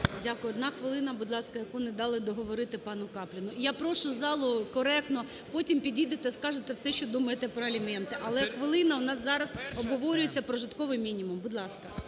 Дякую. Одна хвилина, будь ласка, яку не дали договорити пану Капліну. Я прошу залу коректно, потім підійдете, скажете все, що думаєте про аліменти, але, хвилина, у нас зараз обговорюється прожитковий мінімум. Будь ласка.